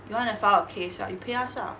you wanna file a case ah you pay us lah